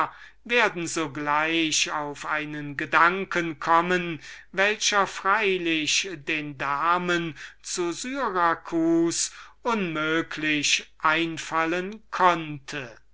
werden so gleich auf einen gedanken kommen welcher freilich den damen zu syracus unmöglich einfallen konnte